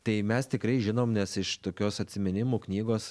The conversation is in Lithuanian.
tai mes tikrai žinom nes iš tokios atsiminimų knygos